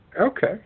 Okay